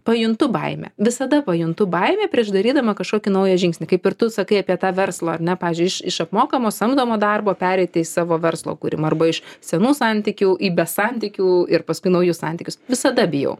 pajuntu baimę visada pajuntu baimę prieš darydama kažkokį naują žingsnį kaip ir tu sakai apie tą verslą ar ne pavyzdžiui iš iš apmokamo samdomo darbo pereiti į savo verslo kūrimą arba iš senų santykių į be santykių ir paskui naujus santykius visada bijau